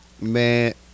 Man